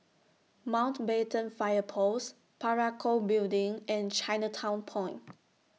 Mountbatten Fire Post Parakou Building and Chinatown Point